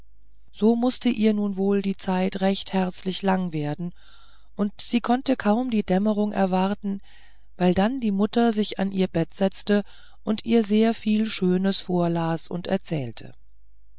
so mußte ihr nun wohl die zeit recht herzlich lang werden und sie konnte kaum die dämmerung erwarten weil dann die mutter sich an ihr bett setzte und ihr sehr viel schönes vorlas und erzählte